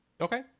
Okay